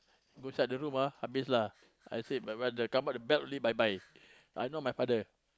go inside the room ah some beings lah I say bye bye the come out the belt only bye bye